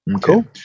cool